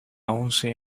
once